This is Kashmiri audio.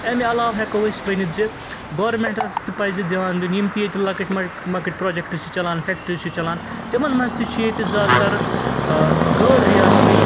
اَمہِ عَلاو ہیٚکو أسۍ ؤنِتھ زِ گورمنٹَس تہِ پَزِ دھیٛان دیٛن یم تہِ ییٚتہِ لۄکٕٹۍ مۄکٕٹۍ پرٛوجیٚکٹہٕ چھِ چَلان فیٚکٹرٛیٖز چھِ چَلان تِمن مَنٛز تہِ چھِ ییٚتہِ زیادٕ تر ٲں غٲر ریاستی